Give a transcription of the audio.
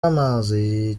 amazi